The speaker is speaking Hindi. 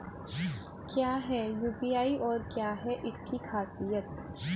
क्या है यू.पी.आई और क्या है इसकी खासियत?